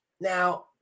Now